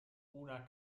una